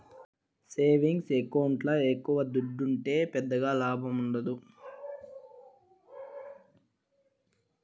savings ఎకౌంట్ల ఎక్కవ దుడ్డుంటే పెద్దగా లాభముండదు